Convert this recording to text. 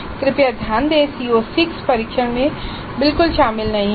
कृपया ध्यान दें कि CO6 परीक्षणों में बिल्कुल भी शामिल नहीं है